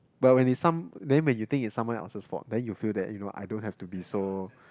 but when he some then when you think is someone's else fault then you feel that you know I don't have to be so